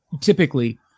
typically